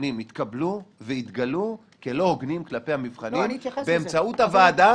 הנתונים התקבלו והתגלו כלא הוגנים כלפי הנבחנים באמצעות הוועדה